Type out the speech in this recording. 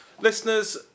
Listeners